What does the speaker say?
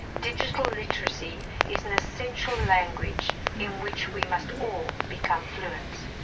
digital literacy is an essential language in which we must all become fluent.